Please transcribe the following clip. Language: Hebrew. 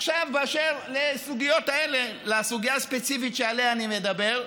עכשיו באשר לסוגיה הספציפית שעליה אני מדבר,